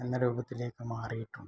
എന്ന രൂപത്തിലേക്ക് മാറിയിട്ടുണ്ട്